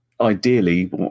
ideally